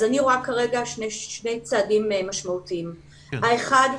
אז אני רואה כרגע שני צעדים משמעותיים: האחד,